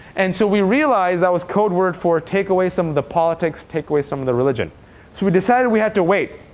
and so we realize that was code word for take away some of the politics, take away some of the religion. so we decided we had to wait.